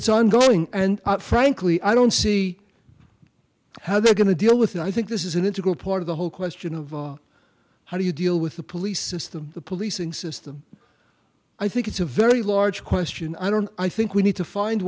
it's ongoing and frankly i don't see how they're going to deal with it i think this is an integral part of the whole question of how do you deal with the police system the policing system i think it's a very large question i don't i think we need to find